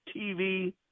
TV